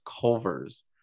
Culver's